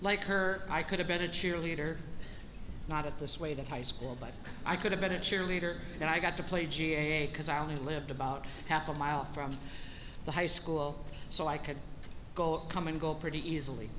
like her i could have been a cheerleader not at this way that high school but i could have been a cheerleader and i got to play g h because i only lived about half a mile from the high school so i could go come and go pretty easily